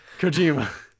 kojima